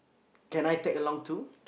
can I tag along too